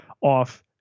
off